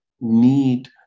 need